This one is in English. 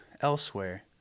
elsewhere